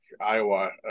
Iowa